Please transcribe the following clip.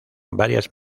varias